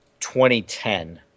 2010